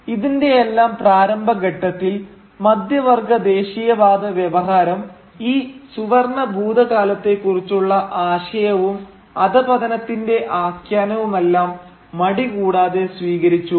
ഇനി ഇതിന്റെയെല്ലാം പ്രാരംഭ ഘട്ടത്തിൽ മധ്യവർഗ്ഗ ദേശീയവാദ വ്യവഹാരം ഈ സുവർണ്ണ ഭൂതകാലത്തെക്കുറിച്ചുള്ള ആശയവും അധപതനത്തിന്റെ ആഖ്യാനവുമെല്ലാം മടികൂടാതെ സ്വീകരിച്ചു